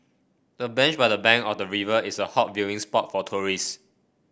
the bench by the bank of the river is a hot viewing spot for tourist